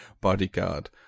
bodyguard